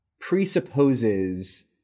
presupposes